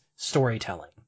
storytelling